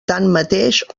tanmateix